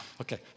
Okay